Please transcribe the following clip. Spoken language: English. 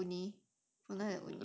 is it uni1